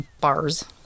bars